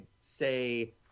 say